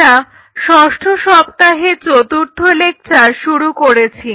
আমরা ষষ্ঠ সপ্তাহের চতুর্থ লেকচার শুরু করেছি